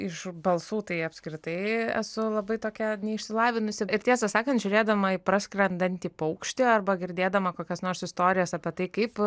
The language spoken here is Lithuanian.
iš balsų tai apskritai esu labai tokia neišsilavinusi ir tiesą sakant žiūrėdama į praskrendantį paukštį arba girdėdama kokias nors istorijas apie tai kaip